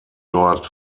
dort